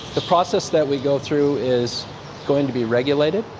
the process that we go through is going to be regulated.